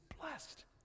blessed